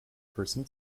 person